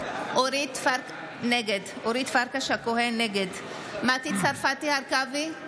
נגד מטי צרפתי הרכבי,